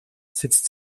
sitzt